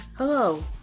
Hello